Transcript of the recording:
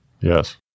Yes